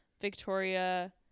Victoria